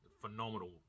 phenomenal